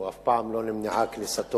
אף פעם לא נמנעה כניסתו.